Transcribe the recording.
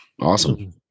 Awesome